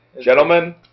Gentlemen